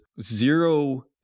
zero